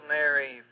Mary